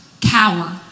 cower